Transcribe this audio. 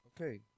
Okay